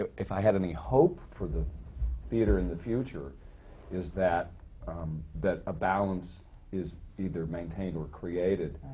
if i had any hope for the theatre in the future is that that a balance is either maintained or created.